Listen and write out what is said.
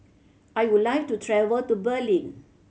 I would like to travel to Berlin